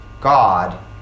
God